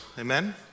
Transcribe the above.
Amen